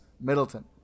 Middleton